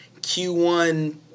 Q1